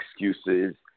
excuses